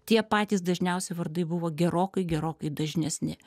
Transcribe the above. tie patys dažniausi vardai buvo gerokai gerokai dažnesni